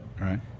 Right